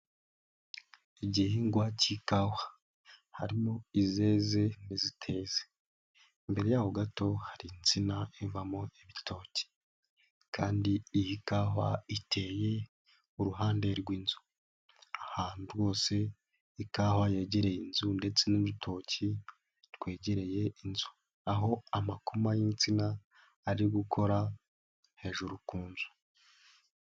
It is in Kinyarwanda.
Igihingwa cy'ikawa harimo izeze ntiziteze. Imbere yaho gato hari insina ivamo ibitoki kandi iyi kawa iteye uruhande rw'inzu, ahantu hose ikawa yegereye inzu ndetse n'urutoki rwegereye inzu, aho amakoma y'insina ari gukora hejuru ku nzu.